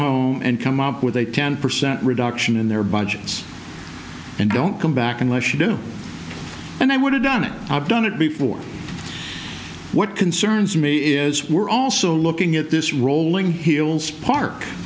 home and come up with a ten percent reduction in their budgets and don't come back unless you do and i would have done it i've done it before what concerns me is we're also looking at this rolling hills park